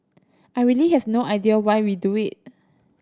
I really have no idea why we do it